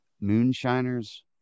moonshiners